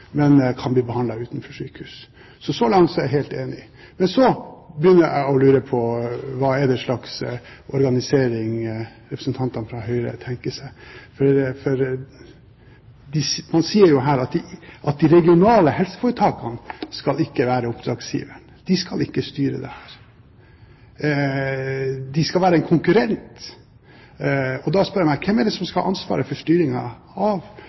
men kan bli behandlet utenfor sykehus. Så langt er jeg helt enig. Men så begynner jeg å lure på hva slags organisering representantene fra Høyre tenker seg. Man sier jo her at de regionale helseforetakene ikke skal være oppdragsgivere. De skal ikke styre dette. De skal være en konkurrent. Da spør jeg meg: Hvem er det som skal ha ansvar for styring og etablering av